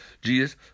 Jesus